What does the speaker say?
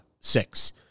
six